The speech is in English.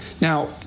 Now